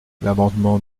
l’amendement